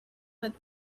but